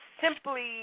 simply